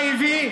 מה הביא?